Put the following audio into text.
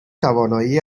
توانایی